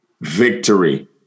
victory